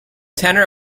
tenor